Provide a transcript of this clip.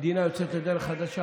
המדינה יוצאת לדרך חדשה.